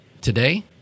today